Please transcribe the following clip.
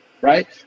right